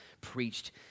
preached